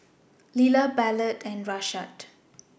Lila Ballard and Rashaad